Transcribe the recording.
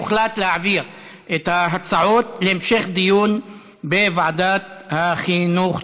הוחלט להעביר את ההצעות להמשך דיון בוועדת החינוך.